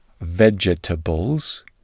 vegetables